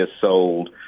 sold